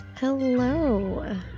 Hello